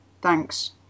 Thanks